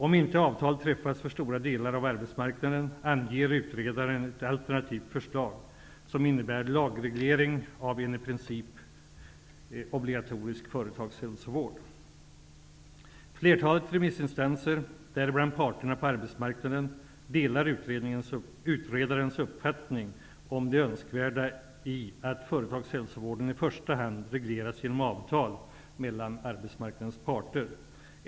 Om inte avtal träffas för stora delar av arbetsmarknaden anger utredaren ett alternativt förslag som innebär lagreglering av en i princip obligatorisk företagshälsovård. Flertalet remissinstanser, däribland parterna på arbetsmarknaden, delar utredarens uppfattning om det önskvärda i att företagshälsovården i första hand regleras genom avtal mellan arbetsmarknadens parter.